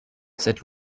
cette